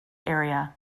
area